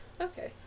Okay